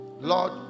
Lord